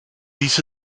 dies